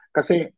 Kasi